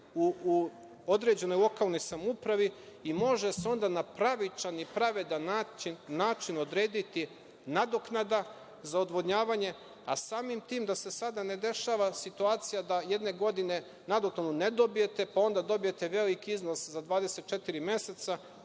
u određenoj lokalnoj samoupravi i može se onda na pravičan i pravedan način odrediti nadoknada za odvodnjavanje, a samim tim da se sada ne dešava situacija da jedne godine nadoknadu ne dobijete, pa onda dobijete veliki iznos za 24 meseca